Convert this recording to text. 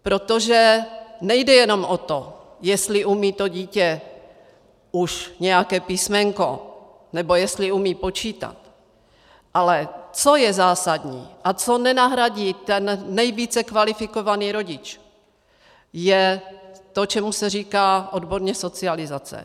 Protože nejde jenom o to, jestli umí dítě už nějaké písmenko nebo jestli umí počítat, ale co je zásadní a co nenahradí ten nejvíce kvalifikovaný rodič, je to, čemu se říká odborně socializace.